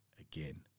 again